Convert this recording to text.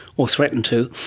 or threaten to.